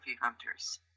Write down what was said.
hunters